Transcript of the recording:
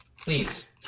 Please